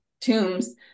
tombs